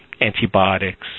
antibiotics